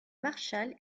marshall